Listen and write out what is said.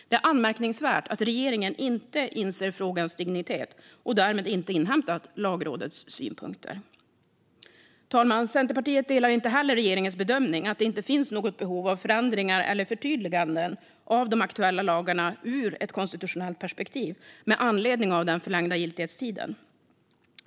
Det är anmärkningsvärt att regeringen inte inser frågans dignitet och därmed inte har inhämtat Lagrådets synpunkter. Fru talman! Centerpartiet delar inte heller regeringens bedömning att det inte finns något behov av förändringar eller förtydliganden av de aktuella lagarna ur ett konstitutionellt perspektiv med anledning av den förlängda giltighetstiden.